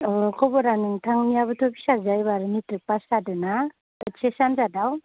अ खबरा नोंथांनियाबोथ' फिसाजोआ एबारै मेट्रिक पास जादों ना ओइत्स एस एल सि आनजादाव